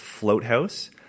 Floathouse